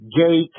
gay